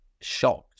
shocked